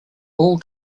all